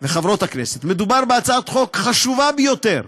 מדובר בהצעת חוק חשובה ביותר,